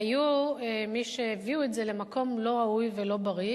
היו מי שהביאו את זה למקום לא ראוי ולא בריא.